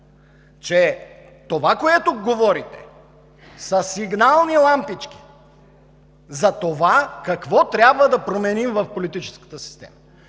че това, което говорите, са сигнални лампички за това какво трябва да променим в политическата система.